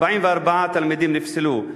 44 תלמידים נפסלו.